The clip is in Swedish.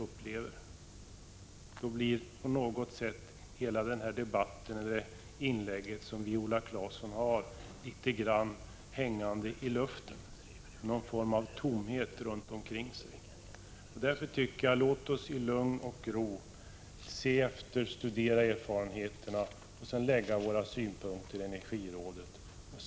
Efter en sådan jämförelse blir det inlägg som Viola Claesson gjorde litet grand hängande i luften med någon sorts tomhet runt omkring sig. Låt oss således i lugn och ro studera erfarenheterna och lägga fram våra synpunkter i energirådet.